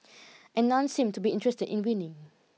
and none seemed to be interested in winning